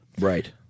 Right